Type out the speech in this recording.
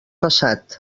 passat